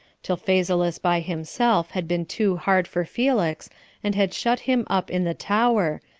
till phasaelus by himself had been too hard for felix, and had shut him up in the tower,